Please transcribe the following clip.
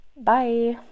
Bye